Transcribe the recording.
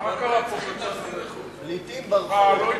אם כך, אני קובע,